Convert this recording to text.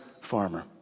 farmer